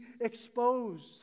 exposed